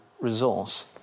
resource